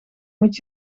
moet